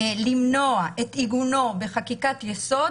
למנוע את עיגונו בחקיקת יסוד